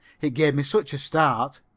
it gave me such a start.